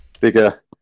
bigger